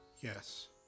Yes